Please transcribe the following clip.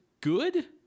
good